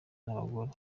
n’abagore